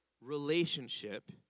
relationship